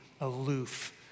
aloof